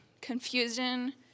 confusion